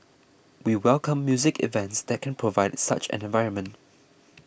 we welcome music events that can provide such an environment